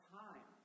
time